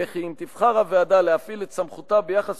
וכי אם תבחר הוועדה להפעיל את סמכותה ביחס